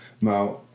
Now